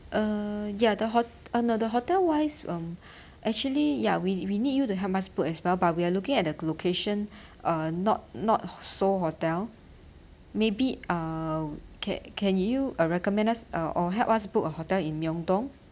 uh ya the hote~ no the hotel wise um actually ya we we need you to help us book as well but we are looking at the location uh not not seoul hotel maybe uh can can you uh recommend us uh or help us book a hotel in myeongdong